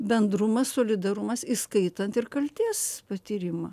bendrumas solidarumas įskaitant ir kaltės patyrimą